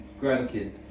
grandkids